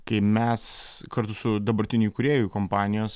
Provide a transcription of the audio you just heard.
kai mes kartu su dabartiniu įkūrėju kompanijos